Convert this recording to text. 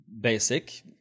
basic